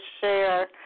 share